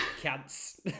cats